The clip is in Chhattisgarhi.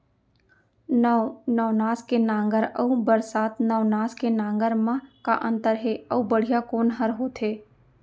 नौ नवनास के नांगर अऊ बरसात नवनास के नांगर मा का अन्तर हे अऊ बढ़िया कोन हर होथे?